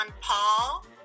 Paul